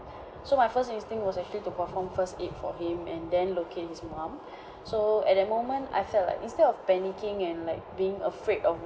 so my first instinct was actually to perform first aid for him and then locate his mom so at that moment I felt like instead of panicking and like being afraid of